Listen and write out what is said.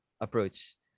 approach